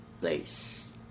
place